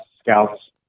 scouts